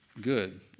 good